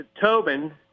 Tobin